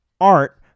art